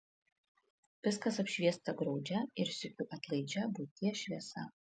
viskas apšviesta graudžia ir sykiu atlaidžia būties šviesa